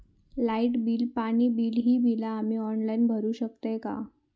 Light bill, पाणी bill, ही बिला आम्ही ऑनलाइन भरू शकतय का?